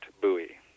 buoy